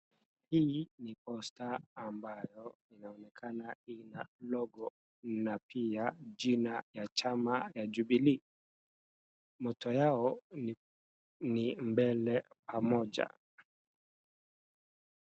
Hii ni posta ambayo inaonekana ina logo na pia jina ya chama ya Jubilee . Motto yao ni mbele pamoja.